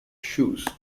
shoes